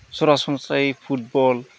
सरासनस्रायै फुटबलफोरखौनो